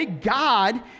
God